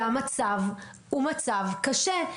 המצב הוא מצב קשה.